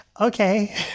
okay